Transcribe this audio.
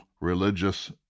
religious